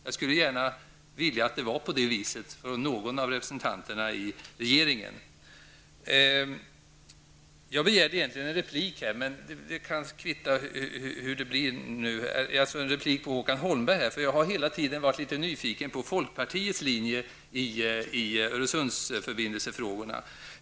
Jag skulle vilja att det var på det viset. Jag begärde egentligen en replik på Håkan Holmberg. Jag har hela tiden varit litet nyfiken på folkpartiets linje i Öresundsförbindelsefrågan.